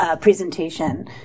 presentation